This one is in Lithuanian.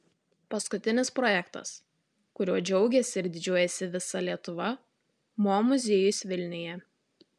paskutinis projektas kuriuo džiaugiasi ir didžiuojasi visa lietuva mo muziejus vilniuje